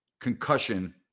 concussion